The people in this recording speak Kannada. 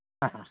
ಹಾಂ ಹಾಂ